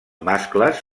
mascles